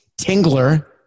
Tingler